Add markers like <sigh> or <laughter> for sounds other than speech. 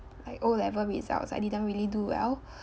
my O level results I didn't really do well <breath>